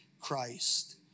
Christ